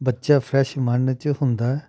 ਬੱਚਾ ਫਰੈਸ਼ ਮਨ 'ਚ ਹੁੰਦਾ